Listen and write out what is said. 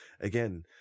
again